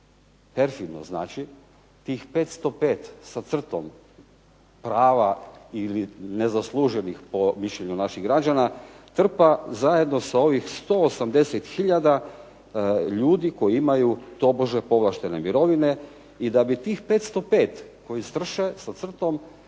perfidno, tih 505 sa crtom prava ili nezasluženih po mišljenju naših građana trpa zajedno sa ovih 180 hiljada ljudi koji imaju tobože povlaštene mirovine i da bi tih 505 koji koji strše sa crtom